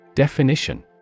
Definition